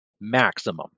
maximum